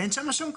אין שם שום כביש.